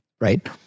Right